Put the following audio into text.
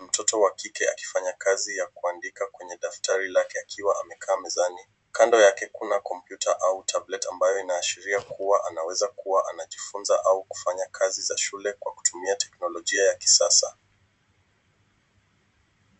Mtoto wa kike akifanya kazi ya kuandika kwenye daftari lake akiwa amekaa mezani. Kando yake kuna kompyuta au tablet, ambayo inashiria kuwa anaweza kuwa anajifunza au kufanya kazi za shule kwa kutumia teknolojia ya kisasa.